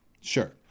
sure